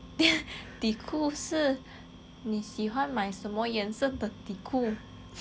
你喜欢买什么颜色的底裤